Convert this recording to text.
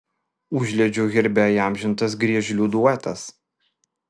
užliedžių herbe įamžintas griežlių duetas